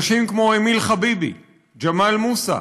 אנשים כמו אמיל חביבי, ג'מאל מוסא,